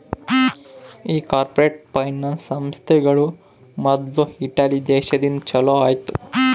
ಈ corporate finance ಸಂಸ್ಥೆಗಳು ಮೊದ್ಲು ಇಟಲಿ ದೇಶದಿಂದ ಚಾಲೂ ಆಯ್ತ್